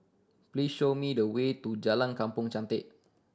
please show me the way to Jalan Kampong Chantek